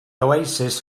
oasis